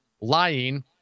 lying